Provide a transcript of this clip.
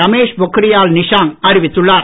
Ramesh Pokhriyal நிஷாங்க்அறிவித்துள்ளார்